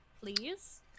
please